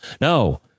No